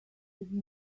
read